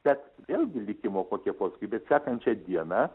bet vėlgi likimo kokie posūkiai bet sekančią dieną